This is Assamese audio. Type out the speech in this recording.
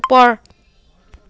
ওপৰ